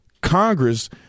Congress